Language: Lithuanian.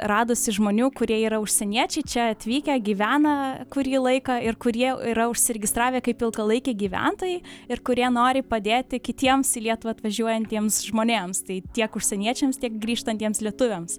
radusi žmonių kurie yra užsieniečiai čia atvykę gyvena kurį laiką ir kurie yra užsiregistravę kaip ilgalaikiai gyventojai ir kurie nori padėti kitiems į lietuvą atvažiuojantiems žmonėms tai tiek užsieniečiams tiek grįžtantiems lietuviams